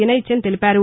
వినయ్ చంద్ తెలిపారు